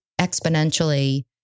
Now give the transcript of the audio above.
exponentially